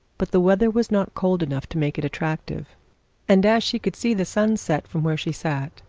but the weather was not cold enough to make it attractive and as she could see the sun set from where she sat,